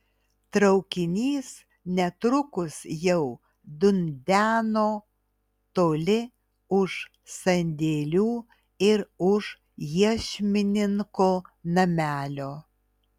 traukinys netrukus jau dundeno toli už sandėlių ir už iešmininko namelio